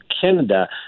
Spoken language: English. Canada